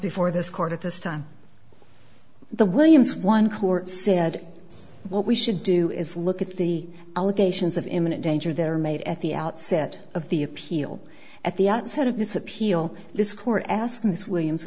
before this court at this time the williams one court said what we should do is look at the allegations of imminent danger they're made at the outset of the appeal at the outset of this appeal this court asked ms williams